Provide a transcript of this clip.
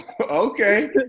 Okay